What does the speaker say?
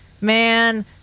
man